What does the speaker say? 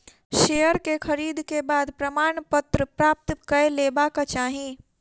share के खरीद के बाद प्रमाणपत्र प्राप्त कय लेबाक चाही